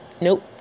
nope